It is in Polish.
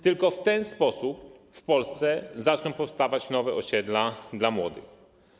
Tylko w ten sposób w Polsce zaczną powstawać nowe osiedla dla młodych.